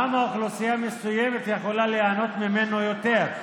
למה אוכלוסייה מסוימת יכולה ליהנות ממנו יותר,